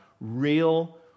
real